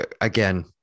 again